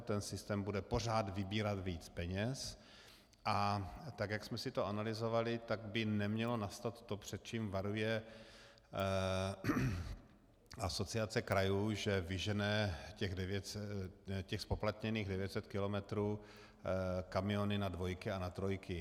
Ten systém bude pořád vybírat víc peněz, a jak jsme si to analyzovali, tak by nemělo nastat to, před čím varuje Asociace krajů, že vyžene těch zpoplatněných 900 kilometrů kamiony na dvojky a na trojky.